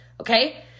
Okay